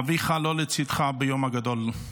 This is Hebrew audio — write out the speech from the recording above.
אביך לא לצידך ביום הגדול,